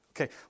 Okay